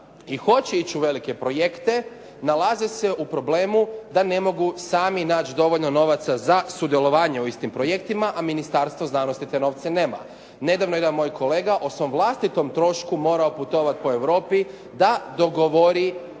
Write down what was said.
i hoće ići u velike projekte nalaze se u problemu da ne mogu dami naći dovoljno novaca za sudjelovanje u istim projektima, a Ministarstvo znanosti te novce nema. Nedavno je jedan moj kolega o svom vlastitom trošku morao putovati po Europi da dogovori